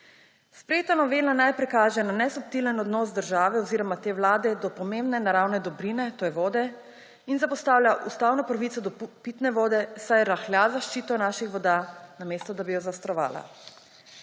Sprejeta novela najprej kaže na nesubtilen odnos države oziroma te vlade do pomembne naravne dobrine, to je vode, in zapostavlja ustavno pravico do pitne vode, saj rahlja zaščito naših voda, namesto da bi jo zaostrovala.